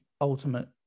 ultimate